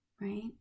right